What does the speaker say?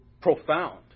profound